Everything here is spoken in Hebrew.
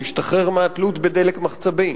להשתחרר מהתלות בדלק מחצבי,